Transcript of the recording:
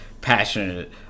passionate